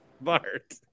Bart